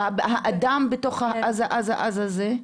האדם בתוך האז האז האז הזה?